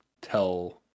tell